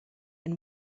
and